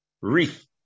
wreath